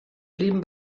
blieben